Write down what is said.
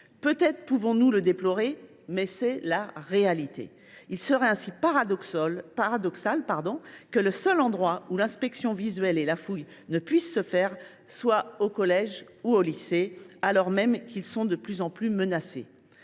Nous pouvons le déplorer, mais c’est la réalité. Il serait donc paradoxal que le seul endroit où l’inspection visuelle et la fouille ne puissent se faire soit le collège ou le lycée, alors même qu’ils sont de plus en plus menacés.